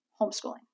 homeschooling